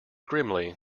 grimly